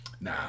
nah